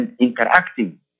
interacting